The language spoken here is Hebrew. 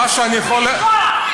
בושה.